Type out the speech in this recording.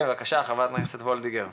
בבקשה חברת הכנסת וולדיגר.